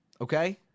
okay